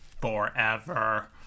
Forever